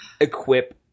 equip